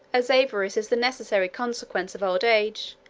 as avarice is the necessary consequence of old age,